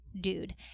dude